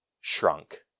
shrunk